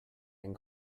ein